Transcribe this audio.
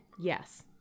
yes